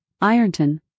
Ironton